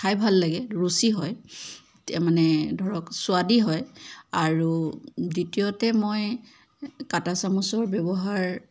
খাই ভাল লাগে ৰুচি হয় এতিয়া মানে ধৰক স্বাদী হয় দ্বিতীয়তে মই কাটা চামুচৰ ব্যৱহাৰ